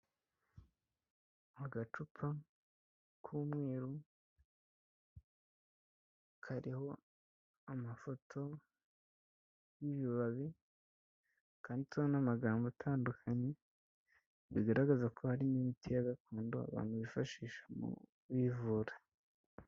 Agacupa k'umweru kariho amafoto y'ibibabi kanditseho n'amagambo atandukanye, bigaragaza ko harimo imiti ya gakondo abantu bifashisha bivura.